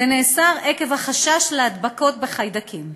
זה נעשה עקב החשש להידבקות בחיידקים.